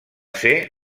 ser